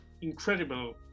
incredible